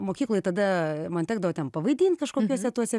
mokykloj tada man tekdavo ten pavaidint kažkokiuose tuose